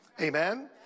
Amen